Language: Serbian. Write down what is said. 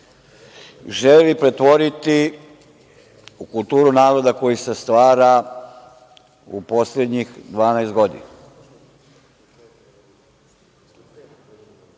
želi pretvoriti u kulturu naroda koji se stvara u poslednjih 12 godina,